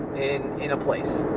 in a place,